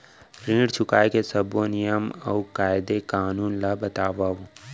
ऋण चुकाए के सब्बो नियम अऊ कायदे कानून ला बतावव